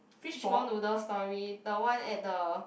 fishball noodle story the one at the